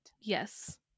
Yes